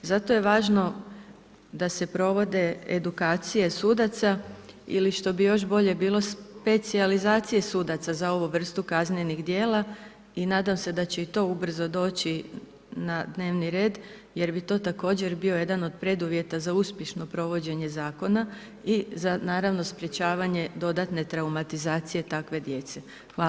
Zato je važno da se provode edukacije sudaca ili što bi još bolje bilo, specijalizacije sudaca za ovu vrstu kaznenih djela i nadam se da će i to ubrzo doći na dnevni red jer bi to također bio jedan od preduvjeta za uspješno provođenje zakona i za naravno sprečavanje dodatne traumatizacije takve djece.